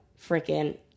freaking